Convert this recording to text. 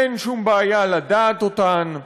אין שום בעיה לדעת אותן,